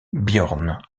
björn